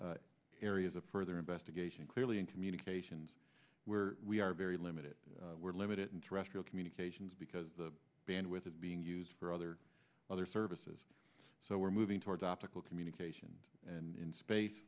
to areas of further investigation clearly in communications where we are very limited we're limited interest your communications because the bandwidth of being used for other other services so we're moving toward optical communication and in space